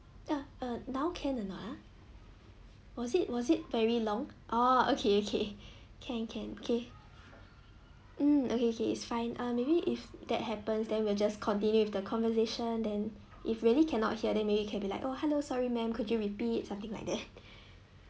ya uh now can or not ah was it was it very long oh okay okay can can okay mm okay okay is fine ah maybe if that happens then we'll just continue with the conversation then if really cannot hear then maybe you can be like oh hello sorry ma'am could you repeat something like that